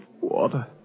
Water